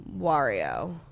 Wario